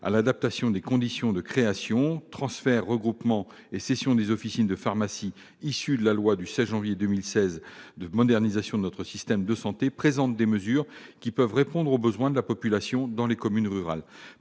à l'adaptation des conditions de création, transfert, regroupement et cession des officines de pharmacie, issue de la loi du 26 janvier 2016 de modernisation de notre système de santé, présente des mesures qui peuvent répondre aux besoins de la population dans les communes rurales.